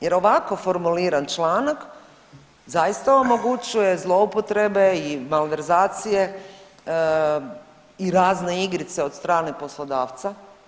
Jer ovako formuliran članak zaista omogućuje zloupotrebe i malverzacije i razne igrice od strane poslodavca.